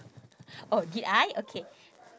oh did I okay